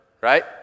Right